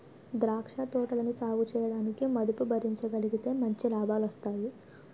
ద్రాక్ష తోటలని సాగుచేయడానికి మదుపు భరించగలిగితే మంచి లాభాలొస్తాయి